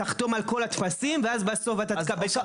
תחתום על כל הטפסים ואז בסוף אתה תקבל כרטיס אשראי.